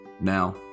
Now